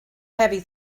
heavy